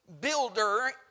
builder